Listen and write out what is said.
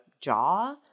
jaw